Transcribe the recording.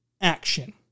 action